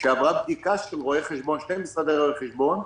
שעברה בדיקה של שני משרדי רואי חשבון,